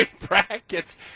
Brackets